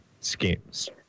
schemes